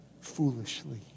foolishly